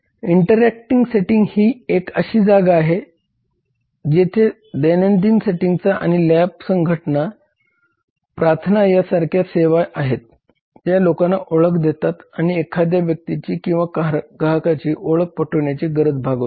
interacting setting ही एक अशी जागा आहे जेथे दैनंदिन सेटिंग्ज आणि लॅब संघटना प्रार्थना यासारख्या सेवा आहेत ज्या लोकांना ओळख देतात आणि एखाद्या व्यक्तीची किंवा ग्राहकाची ओळख पटवण्याची गरज भागवतात